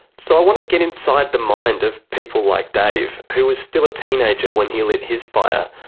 so i want to get inside the mind of people like dave, who was still a teenager when he lit his fire,